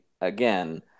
again